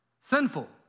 Sinful